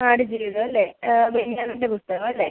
ആടുജീവിതം അല്ലേ ബെന്യാമിൻ്റെ പുസ്തകം അല്ലേ